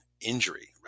injury